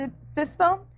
system